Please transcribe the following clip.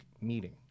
meeting